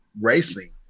racing